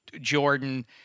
Jordan